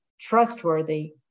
trustworthy